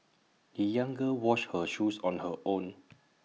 the young girl washed her shoes on her own